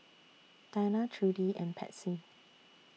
Dinah Trudy and Patsy